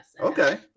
Okay